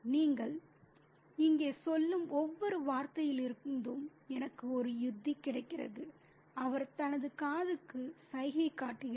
நீங்கள் இங்கே சொல்லும் ஒவ்வொரு வார்த்தையிலிருந்தும் எனக்கு ஒரு யுக்தி கிடைக்கிறது அவர் தனது காதுக்கு சைகை காட்டுகிறார்